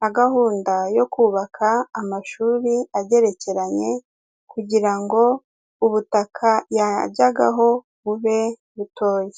na gahunda yo kubaka amashuri agerekeranye, kugira ngo ubutaka yajyagaho bube butoya.